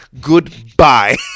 Goodbye